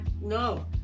no